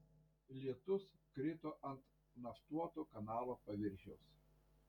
lietus krito ant naftuoto kanalo paviršiaus